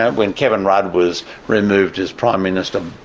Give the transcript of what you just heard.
when kevin rudd was removed as prime minister,